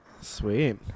Sweet